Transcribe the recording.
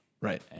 Right